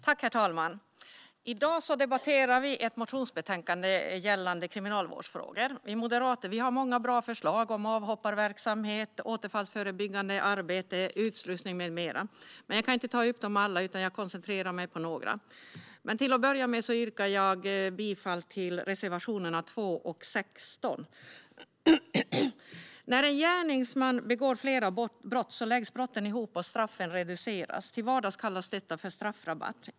Herr talman! I dag debatterar vi ett motionsbetänkande gällande kriminalvårdsfrågor. Vi moderater har många bra förslag vad gäller avhopparverksamhet, återfallsförebyggande arbete, utslussning med mera. Jag kan inte ta upp alla våra förslag, så jag koncentrerar mig på några av dem. Till att börja med yrkar jag bifall till reservationerna 2 och 16. När en gärningsman begår flera brott läggs brotten ihop och straffen reduceras - till vardags kallas detta straffrabatt.